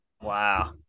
Wow